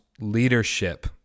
leadership